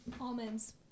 Almonds